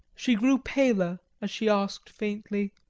she grew paler as she asked faintly